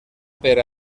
per